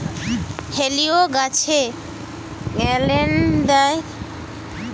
হেলিলিও গাছে ক্যানেল দেয়?